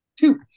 two